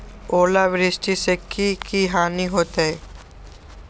ओलावृष्टि से की की हानि होतै?